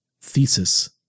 thesis